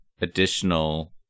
additional